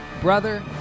Brother